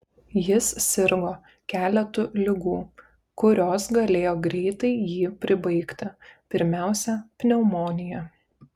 jis sirgo keletu ligų kurios galėjo greitai jį pribaigti pirmiausia pneumonija